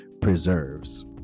preserves